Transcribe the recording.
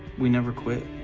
we never quit.